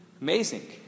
Amazing